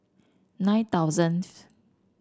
nine thousandth